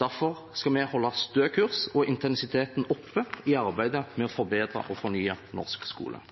Derfor skal vi holde stø kurs og intensiteten oppe i arbeidet med å forbedre og fornye norsk skole.